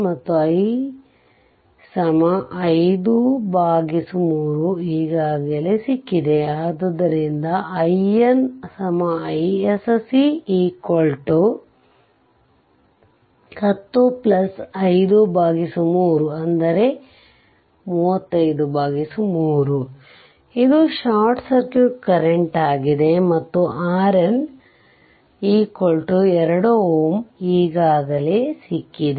ಮತ್ತು i 5 3 ಈಗಾಗಲೇ ಸಿಕ್ಕಿದೆಆದ್ದರಿಂದ IN iSC105335 3 ಇದು ಷಾರ್ಟ್ ಸರ್ಕ್ಯೂಟ್ ಕರೆಂಟ್ ಆಗಿದೆ ಮತ್ತು RN 2 Ω ಈಗಾಗಲೇ ಸಿಕ್ಕಿದೆ